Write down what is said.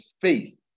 faith